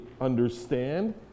understand